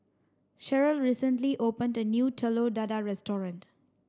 Cherelle recently opened a new Telur Dadah restaurant